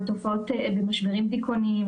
במשברים דיכאוניים,